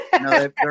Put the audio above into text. No